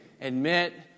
admit